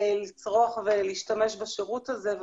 לצרוך ולהשתמש בשירות הזה.